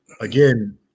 again